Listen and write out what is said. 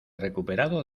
recuperado